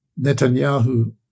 Netanyahu